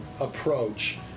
approach